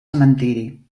cementeri